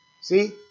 See